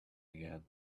again